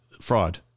fraud